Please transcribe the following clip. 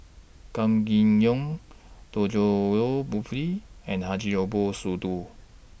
Kam Kee Yong Djoko Wibisono and Haji Ambo Sooloh